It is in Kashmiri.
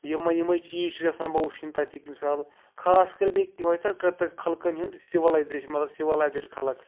یِمے یِمے چیٖز چھُ یَژھان بہٕ وٕچھُن تَتِکۍ مِثال خاص کَر بیٚیہِ یوہٕے سا تَتہِ خلقَن ہُنٛد سِوَلایزیشَن مَطلَب سِوَلایزٕڈ خلق